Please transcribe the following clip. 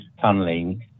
tunneling